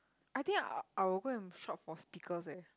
I think I will go and shop for speakers eh